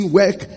work